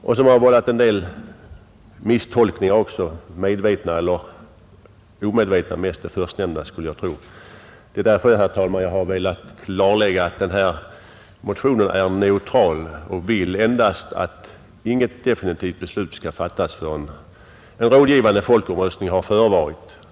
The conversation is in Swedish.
Den har också vållat en del misstolkningar, medvetna eller omedvetna, jag skulle tro mest det förstnämnda. Därför har jag velat klarlägga att min motion är neutral och bara vill att inget definitivt beslut skall fattas förrän en rådgivande folkomröstning har förevarit.